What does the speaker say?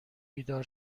بیدار